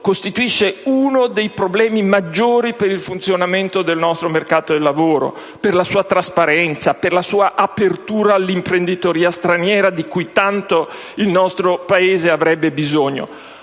costituisce uno dei problemi maggiori per il funzionamento del nostro mercato del lavoro, per la sua trasparenza, per la sua apertura all'imprenditoria straniera, di cui tanto il nostro Paese avrebbe bisogno.